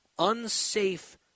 Unsafe